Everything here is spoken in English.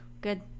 Good